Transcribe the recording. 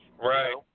Right